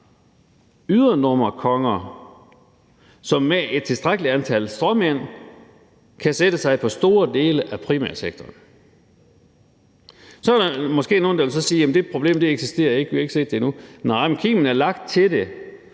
ydernummerkonger, som med et tilstrækkelig antal stråmænd kan sætte sig på store dele af primærsektoren. Så er der måske nogle, der vil sige, at det problem ikke eksisterer, og at vi ikke har set det endnu. Nej, men kimen er lagt til det,